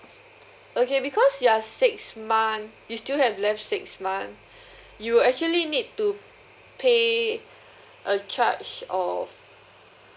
okay because you are six month you still have left six month you actually need to pay a charge of